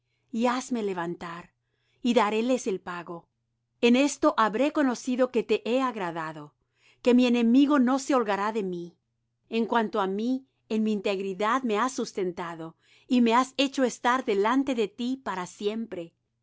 y hazme levantar y daréles el pago en esto habré conocido que te he agradado que mi enemigo no se holgará de mí en cuanto á mí en mi integridad me has sustentado y me has hecho estar delante de ti para siempre